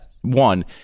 one